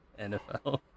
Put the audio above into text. NFL